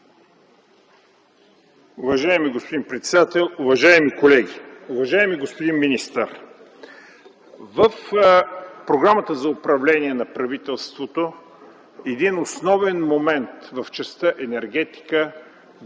Уважаеми господин председател, уважаеми колеги! Уважаеми господин министър! В програмата за управление на правителството основен момент в частта „енергетика”